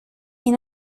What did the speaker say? est